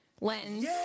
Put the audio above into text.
lens